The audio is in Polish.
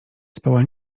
spała